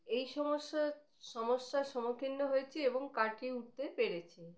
এই সমস্যা সমস্যার সম্মুখীন হয়েছি এবং কাটিয়ে উঠতে পেরেছি